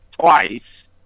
twice